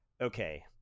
okay